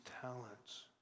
talents